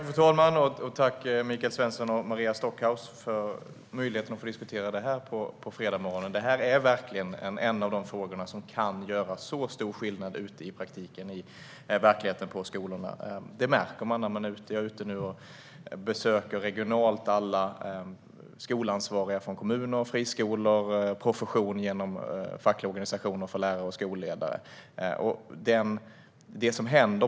Fru talman! Tack, Michael Svensson och Maria Stockhaus, för möjligheten att diskutera det här på fredagsmorgonen! Det här är verkligen en av de frågor som kan göra stor skillnad i praktiken, i verkligheten ute på skolorna. Det märker jag när jag nu besöker alla regionala skolansvariga, från kommuner, friskolor och profession - genom fackliga organisationer för lärare och skolledare.